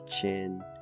chin